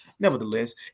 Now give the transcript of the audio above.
Nevertheless